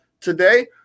today